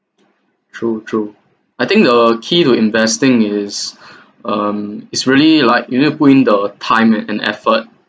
true true I think the key to investing is um it's really like you need to put in the time and effort